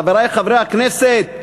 חברי חברי הכנסת,